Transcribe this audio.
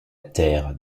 terre